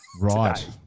Right